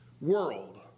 World